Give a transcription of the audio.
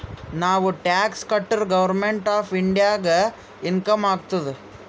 ನಾವ್ ಟ್ಯಾಕ್ಸ್ ಕಟುರ್ government of ಇಂಡಿಯಾಗ ಇನ್ಕಮ್ ಆತ್ತುದ್